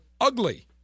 ugly